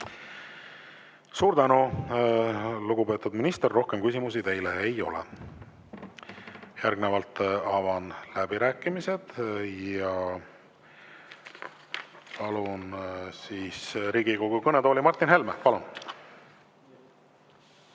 Suur tänu, lugupeetud minister! Rohkem küsimusi teile ei ole. Järgnevalt avan läbirääkimised ja palun Riigikogu kõnetooli Martin Helme. Palun!